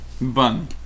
bun